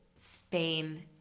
Spain